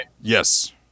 Yes